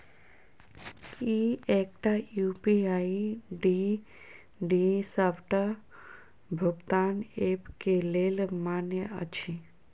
की एकटा UPI ID डी सबटा भुगतान ऐप केँ लेल मान्य अछि?